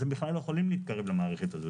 אז הם בכלל לא יכולים להתקרב למערכת הזו.